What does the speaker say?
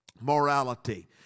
morality